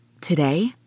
today